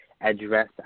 address